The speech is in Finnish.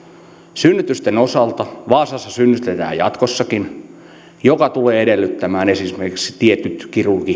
synnytysten osalta vaasassa synnytetään jatkossakin mikä tulee edellyttämään esimerkiksi tiettyjen